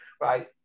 Right